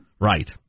Right